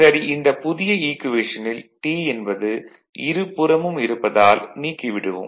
சரி இந்த புதிய ஈக்குவேஷனில் T என்பது இருபுறமும் இருப்பதால் நீக்கி விடுவோம்